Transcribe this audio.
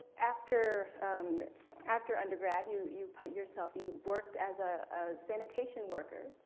after and after undergrad, you you put yourself, you worked as a sanitation worker.